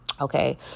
Okay